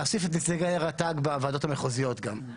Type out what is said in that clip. להוסיף את נציגי רט"ג בוועדות המחוזיות גם.